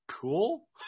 Cool